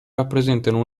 rappresentano